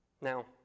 Now